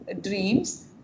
dreams